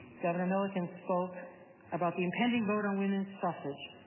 governor milliken spoke about the impending vote on women's suffrage.